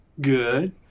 Good